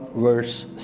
verse